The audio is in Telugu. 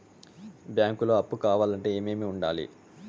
బ్యాంకులో అప్పు కావాలంటే ఏమేమి ఉండాలి?